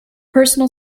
personal